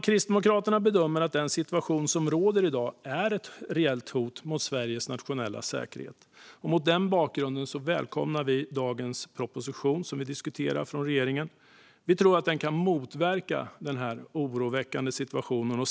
Kristdemokraterna bedömer att den situation som råder i dag är ett reellt hot mot Sveriges nationella säkerhet. Mot den bakgrunden välkomnar vi den proposition från regeringen som nu diskuteras. Vi tror att den kan motverka denna oroväckande situation.